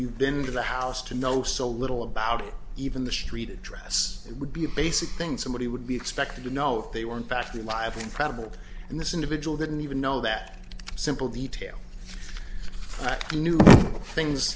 you've been to the house to know so little about it even the street address it would be a basic thing somebody would be expected to know if they were in fact you live incredible and this individual didn't even know that simple detail he knew things